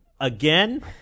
again